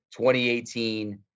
2018